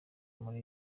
muri